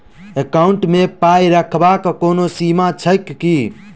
Account मे पाई रखबाक कोनो सीमा छैक की?